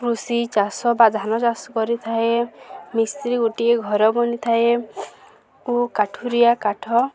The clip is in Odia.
କୃଷି ଚାଷ ବା ଧାନ ଚାଷ କରିଥାଏ ମିସ୍ତ୍ରୀ ଗୋଟିଏ ଘର ବନିଥାଏ ଓ କାଠୁରିଆ କାଠ